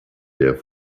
der